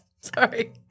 Sorry